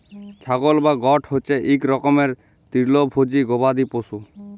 ছাগল বা গট হছে ইক রকমের তিরলভোজী গবাদি পশু